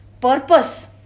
purpose